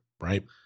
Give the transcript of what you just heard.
right